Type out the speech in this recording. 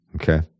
okay